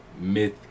myth